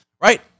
right